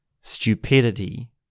stupidity